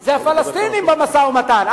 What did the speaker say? זה הפלסטינים במשא-ומתן.